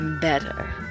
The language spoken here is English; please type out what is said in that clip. Better